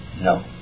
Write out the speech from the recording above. No